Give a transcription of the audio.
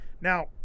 now